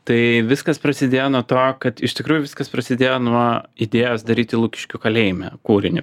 tai viskas prasidėjo nuo to kad iš tikrųjų viskas prasidėjo nuo idėjos daryti lukiškių kalėjime kūrinį